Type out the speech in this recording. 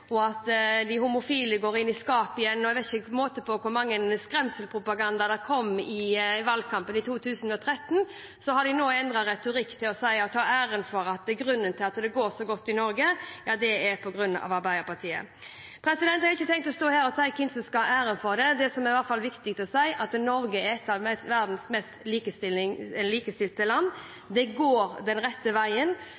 og at de homofile går inn i skapet igjen – det var ikke måte på hvor mye skremselspropaganda som kom i valgkampen i 2013 – så har de nå endret retorikk og sier at det er på grunn av Arbeiderpartiet at det går så godt i Norge. Jeg har ikke tenkt å stå her og si hvem som skal ha æren for det, men det er i hvert fall viktig å si at Norge er et av verdens mest likestilte land.